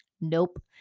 Nope